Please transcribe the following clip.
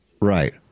Right